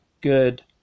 good